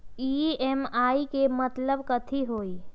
EMI के मतलब कथी होई?